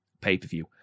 pay-per-view